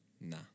nah